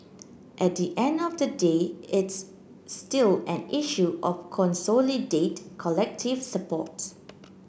at the end of the day it's still an issue of consolidate collective supports